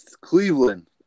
Cleveland